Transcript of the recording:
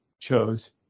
chose